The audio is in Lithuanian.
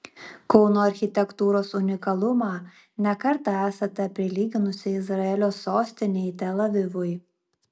kauno architektūros unikalumą ne kartą esate prilyginusi izraelio sostinei tel avivui